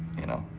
you know,